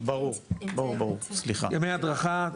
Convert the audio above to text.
ימי הדרכה,